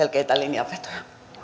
selkeitä linjanvetoja